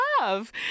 love